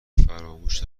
فراموش